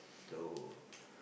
to